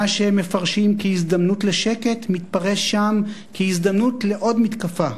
מה שהם מפרשים כהזדמנות לשקט מתפרש שם כהזדמנות לעוד מתקפה.